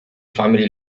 family